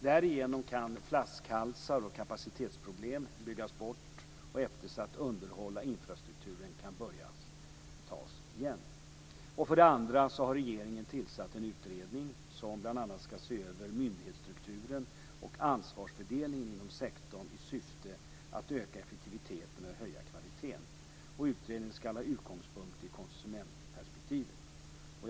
Därigenom kan flaskhalsar och kapacitetsproblem byggas bort, och eftersatt underhåll av infrastrukturen kan börja tas igen. För det andra har regeringen tillsatt en utredning som bl.a. ska se över myndighetsstrukturen och ansvarsfördelningen inom sektorn i syfte att öka effektiviteten och höja kvaliteten. Utredningen ska ha utgångspunkt i konsumentperspektivet.